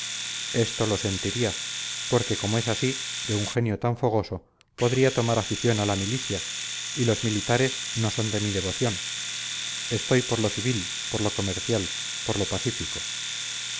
esto lo sentiría porque como es así de un genio tan fogoso podría tomar afición a la milicia y los militares no son de mi devoción estoy por lo civil por lo comercial por lo pacífico